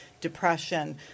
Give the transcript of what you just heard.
depression